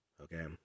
Okay